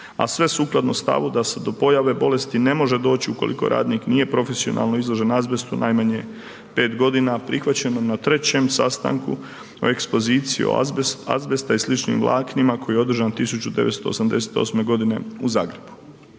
a sve sukladno stavu da se do pojave bolesti ne može doći ukoliko radnik nije profesionalno izložen azbestu najmanje 5 godina, prihvaćeno na 3. sastanku o ekspoziciji azbesta i sličnim vlaknima koje je održano 1988. g. u Zagrebu.